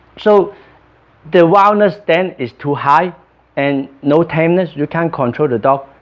so the wildness then is too high and no tameness, you can't control the dog,